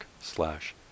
slash